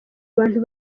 abantu